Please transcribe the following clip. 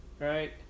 right